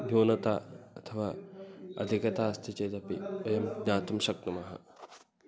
न्यूनता अथवा अधिकता अस्ति चेतपि वयं ज्ञातुं शक्नुमः